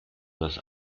das